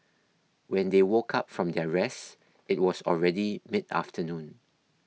when they woke up from their rest it was already mid afternoon